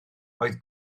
oedd